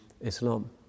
Islam